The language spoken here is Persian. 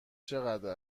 چقدر